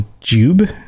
Jube